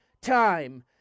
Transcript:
time